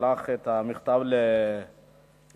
ששלח את המכתב למנהלי